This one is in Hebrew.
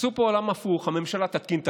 עשו פה עולם הפוך: הממשלה תתקין תקנות,